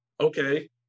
Okay